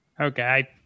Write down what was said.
Okay